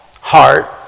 heart